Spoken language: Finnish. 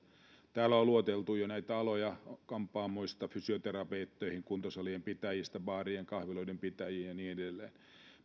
täällä on lueteltu jo näitä aloja kampaamoista fysioterapeutteihin kuntosalien pitäjistä baarien ja kahviloiden pitäjiin ja niin edelleen